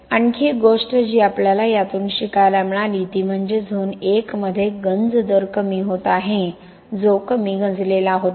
आणखी एक गोष्ट जी आपल्याला यातून शिकायला मिळाली ती म्हणजे झोन 1 मध्ये गंज दर कमी होत आहे जो कमी गंजलेला होता